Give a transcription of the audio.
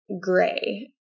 gray